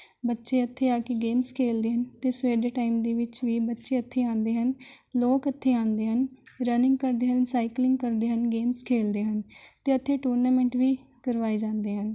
ਬੱਚੇ ਇੱਥੇ ਆ ਕੇ ਗੇਮਜ਼ ਖੇਡਦੇ ਹਨ ਅਤੇ ਸਵੇਰ ਦੇ ਟਾਈਮ ਦੇ ਵਿੱਚ ਵੀ ਬੱਚੇ ਇੱਥੇ ਆਉਂਦੇ ਹਨ ਲੋਕ ਇੱਥੇ ਆਉਂਦੇ ਹਨ ਰਨਿੰਗ ਕਰਦੇ ਹਨ ਸਾਈਕਲਿੰਗ ਕਰਦੇ ਹਨ ਗੇਮਜ਼ ਖੇਡਦੇ ਹਨ ਅਤੇ ਇੱਥੇ ਟੂਰਨਾਮੈਂਟ ਵੀ ਕਰਵਾਏ ਜਾਂਦੇ ਹਨ